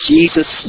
Jesus